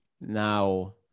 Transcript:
now